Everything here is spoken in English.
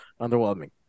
underwhelming